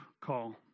call